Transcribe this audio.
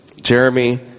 Jeremy